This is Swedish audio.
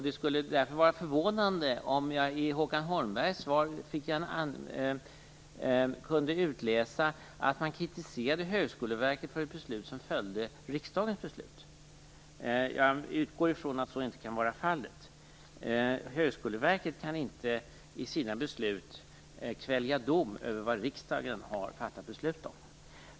Det skulle därför vara förvånande om jag i Håkan Holmbergs anförande kunde utläsa att han kritiserade Högskoleverket för ett beslut som följde riksdagens beslut. Jag utgår från att så inte kan vara fallet. Högskoleverket kan inte i sina beslut kvälja dom över vad riksdagen har fattat beslut om.